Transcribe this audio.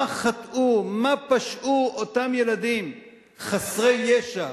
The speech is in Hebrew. מה חטאו, מה פשעו אותם ילדים חסרי ישע,